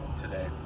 today